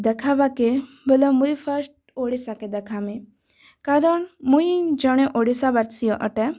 ଦେଖାଇବାକେ ବୋଲେ ମୁଇଁ ଫାର୍ଷ୍ଟ ଓଡ଼ିଶାକେ ଦେଖାମି କାରଣ ମୁଇଁ ଜଣେ ଓଡ଼ିଶାବାସୀ ଅଟେ